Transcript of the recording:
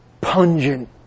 pungent